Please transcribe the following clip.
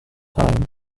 time